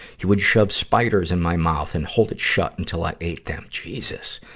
he would shove spider in my mouth and hold it shut until i ate them. jesus!